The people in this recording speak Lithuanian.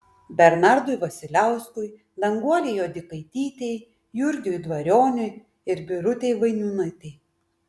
bernardui vasiliauskui danguolei juodikaitytei jurgiui dvarionui ir birutei vainiūnaitei